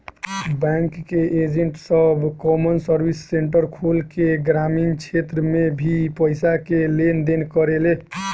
bank के agent सब common service centre खोल के ग्रामीण क्षेत्र में भी पईसा के लेन देन करेले